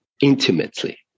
intimately